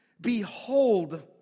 behold